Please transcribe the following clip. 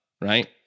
Right